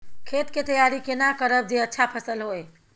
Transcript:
खेत के तैयारी केना करब जे अच्छा फसल होय?